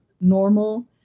normal